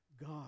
God